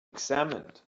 examined